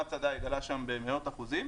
מאמץ הדייג עלה שם במאות אחוזים.